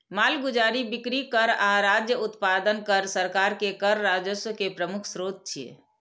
मालगुजारी, बिक्री कर आ राज्य उत्पादन कर सरकार के कर राजस्व के प्रमुख स्रोत छियै